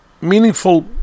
meaningful